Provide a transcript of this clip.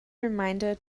reminder